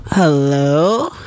Hello